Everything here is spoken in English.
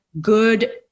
good